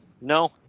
No